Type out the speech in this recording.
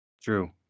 True